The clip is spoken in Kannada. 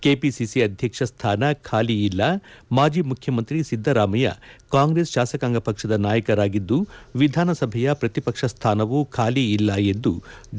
ಕೆಪಿಸಿಸಿ ಅಧ್ಯಕ್ಷ ಸ್ಥಾನ ಖಾಲಿ ಇಲ್ಲ ಮಾಜಿ ಮುಖ್ಯಮಂತ್ರಿ ಸಿದ್ದರಾಮಯ್ಯ ಕಾಂಗ್ರೆಸ್ ಶಾಸಕಾಂಗ ಪಕ್ಷದ ನಾಯಕರಾಗಿದ್ದು ವಿಧಾನಸಭೆಯ ಪ್ರತಿಪಕ್ಷ ಸ್ಥಾನವೂ ಖಾಲಿ ಇಲ್ಲ ಎಂದು ಡಿ